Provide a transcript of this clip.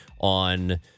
on